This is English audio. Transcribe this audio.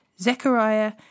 Zechariah